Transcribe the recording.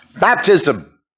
Baptism